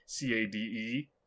CADE